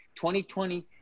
2020